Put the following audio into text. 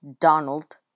Donald